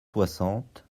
soixante